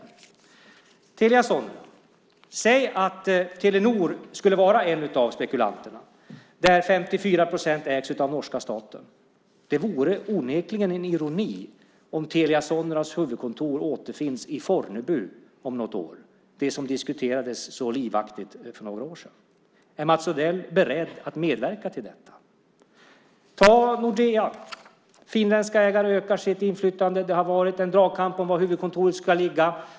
Låt oss säga att en av spekulanterna på Telia Sonera skulle vara Telenor, där 54 procent ägs av norska staten. Det vore onekligen ironiskt om Telia Soneras huvudkontor återfinns i Fornebu om något år, vilket diskuterades så livaktigt för några år sedan. Är Mats Odell beredd att medverka till detta? När det gäller Nordea ökar finländska ägare sitt inflytande. Det har varit en dragkamp om var huvudkontoret ska ligga.